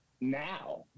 now